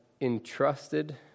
entrusted